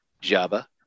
Java